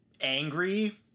angry